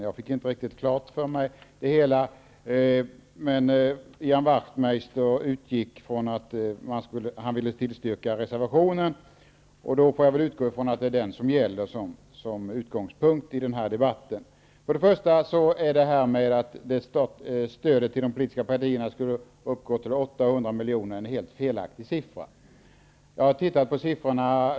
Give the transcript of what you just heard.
Jag fick inte det hela riktigt klart för mig. Ian Wachtmeister utgick från att han ville tillstyrka reservationen, och jag får väl utgå från att den gäller som utgångspunkt för denna debatt. Att stödet till de politiska partierna skulle uppgå till 800 milj.kr. är helt felaktigt. Jag har tittat på siffrorna.